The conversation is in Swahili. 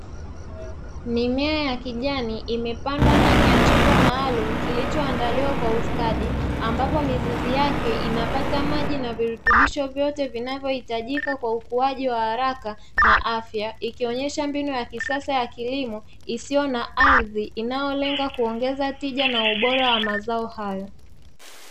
Mimea ya kijani imepamdwa ndani ya chombo maalum, kilichoandaliwa kwa ustadi ambapo mizizi yake inapata maji na virutubisho vyote vinavyohitajika kwa ukuaji wa haraka na afya, ikionesha mbinu ya kisasa ya kilimo isiyo na ardhi inayolenga kuongeza tija ma ubora wa mazao hayo.